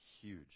huge